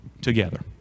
together